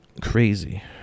crazy